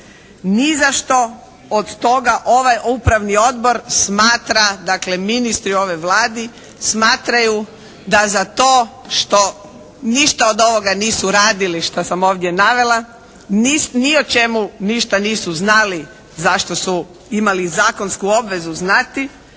Nizašto od toga ovaj upravni odbor smatra dakle ministri u ovoj Vladi smatraju da za to što ništa od ovoga nisu radili šta sam ovdje navela, ni o čemu ništa nisu znali zašto su imali zakonsku obvezu znati